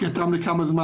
שהייתם לכמה זמן?